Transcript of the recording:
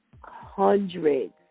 hundreds